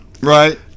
Right